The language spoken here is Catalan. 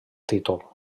títol